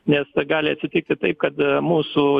nes gali atsitikti taip kad mūsų